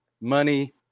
money